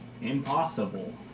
impossible